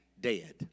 dead